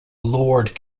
lord